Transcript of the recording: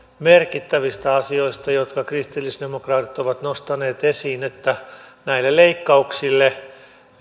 merkittävistä asioista jonka kristillisdemokraatit ovat nostaneet esiin näille leikkauksille